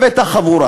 הבאת חבורה.